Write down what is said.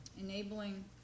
Enabling